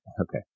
okay